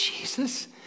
Jesus